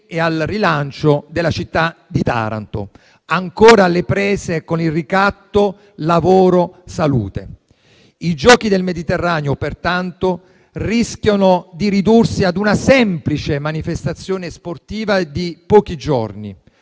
e al rilancio della città di Taranto, ancora alle prese con il ricatto lavoro e salute. I Giochi del Mediterraneo, pertanto, rischiano di ridursi a una semplice manifestazione sportiva di pochi giorni,